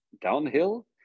downhill